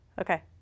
Okay